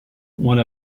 one